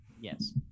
yes